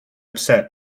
upset